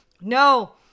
No